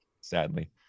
Sadly